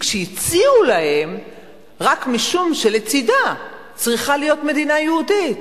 כשהציעו להם רק משום שלצדה צריכה להיות מדינה יהודית.